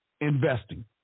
investing